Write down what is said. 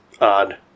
odd